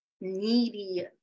needy